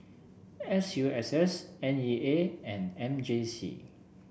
S U S S N E A and M J C